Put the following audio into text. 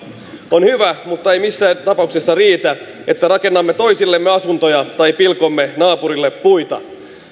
on hyvä mutta ei missään tapauksessa riitä että rakennamme toisillemme asuntoja tai pilkomme naapurille puita